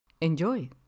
Enjoy